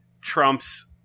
Trump's